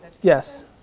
Yes